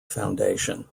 foundation